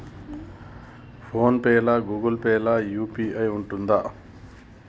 Phone pay లా Google Pay లా UPI ఉంటదా?